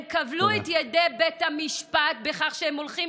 הם כבלו את ידי בית המשפט בכך שהם הולכים